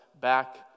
back